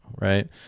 right